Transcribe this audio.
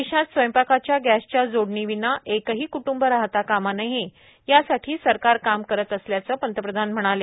देशात स्वयंपाकाच्या गैसच्या जोडणीविना एकही क्टुंब राहता कामा नयेए यासाठी सरकार काम करत असल्याच पंतप्रधान म्हणाले